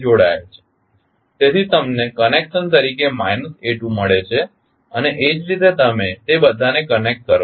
તેથી તમને કનેક્શન તરીકે માઇનસ a2 મળે છે અને તે જ રીતે તમે તે બધાને કનેક્ટ કરો છો